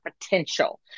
potential